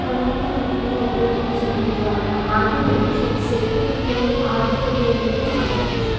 సమర్థవంతంగా ఉపయోగించడం ద్వారా ఆంధ్రప్రదేశ్ ఒక శక్తివంతమైన ఆర్థిక కేంద్రంగా మారవచ్చు